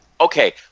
okay